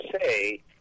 say